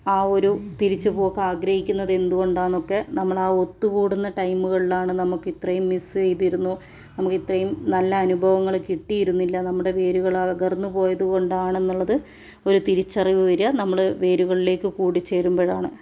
ആ ഒരു തിരിച്ചുപോക്ക് ആഗ്രഹിക്കുന്നത് എന്തുകൊണ്ടാണെന്നൊക്കെ നമ്മൾ ആ ഒത്തുകൂടുന്ന ടൈമുകളിലാണ് നമുക്കിത്രയും മിസ്സ് ചെയ്തിരുന്നു നമുക്കിത്രയും നല്ല അനുഭവങ്ങൾ കിട്ടിയിരുന്നില്ല നമ്മുടെ വേരുകൾ അടർന്നു പോയതുകൊണ്ടാണെന്നുള്ളത് ഒരു തിരിച്ചറിവ് വരിക നമ്മൾ വേരുകളിലേയ്ക്ക് കൂടിച്ചേരുമ്പോഴാണ്